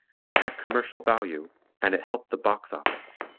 it had commercial value and it helped the box office.